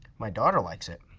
my daughter likes it,